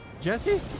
Jesse